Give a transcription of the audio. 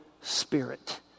Spirit